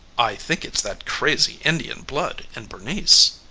i think it's that crazy indian blood in bernice,